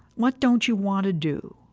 what don't you want to do?